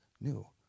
new